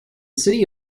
city